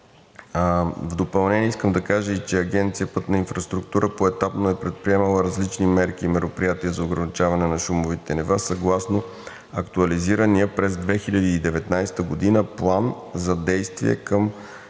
В допълнение искам да кажа и че Агенция „Пътна инфраструктура“ поетапно е предприемала различни мерки и мероприятия за ограничаване на шумовите нива съгласно актуализирания през 2019 г. План за действие към